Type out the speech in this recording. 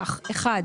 כך: (1)